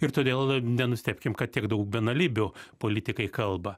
ir todėl nenustebkim kad tiek daug benalybių politikai kalba